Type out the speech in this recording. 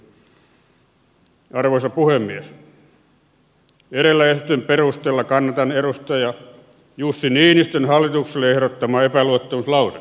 edellä esitetyn perusteella kannatan edustaja jussi niinistön hallitukselle ehdottamaa epäluottamuslausetta